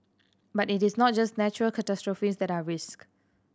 but it is not just natural catastrophes that are risk